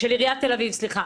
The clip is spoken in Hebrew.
של עיריית תל אביב, סליחה.